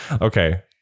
okay